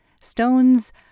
Stones